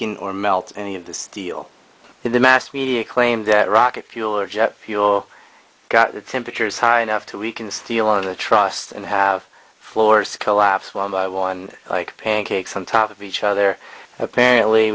weaken or melt any of the steel in the mass media claim that rocket fuel or jet fuel got the temperatures high enough to weaken the steel and the trust and have floors collapse one by one like pancakes on top of each other apparently